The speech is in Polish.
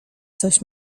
coś